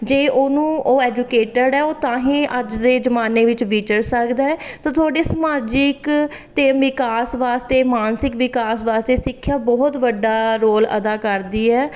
ਜੇ ਉਹਨੂੰ ਉਹ ਐਜੂਕੇਟਡ ਹੈ ਉਹ ਤਾਂ ਹੀ ਅੱਜ ਦੇ ਜ਼ਮਾਨੇ ਵਿੱਚ ਵਿਚਰ ਸਕਦਾ ਤਾਂ ਤੁਹਾਡੇ ਸਮਾਜਿਕ ਅਤੇ ਵਿਕਾਸ ਵਾਸਤੇ ਮਾਨਸਿਕ ਵਿਕਾਸ ਵਾਸਤੇ ਸਿੱਖਿਆ ਬਹੁਤ ਵੱਡਾ ਰੋਲ ਅਦਾ ਕਰਦੀ ਹੈ